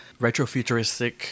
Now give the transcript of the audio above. retrofuturistic